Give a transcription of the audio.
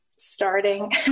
starting